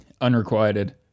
Unrequited